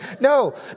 No